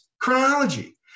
chronology